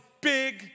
big